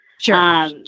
Sure